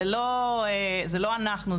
לא אנחנו,